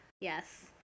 Yes